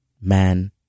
man